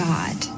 God